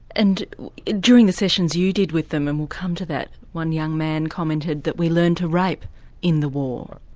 and during the sessions you did with them, and we'll come to that, one young man commented that, we learned to rape in the war.